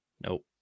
Nope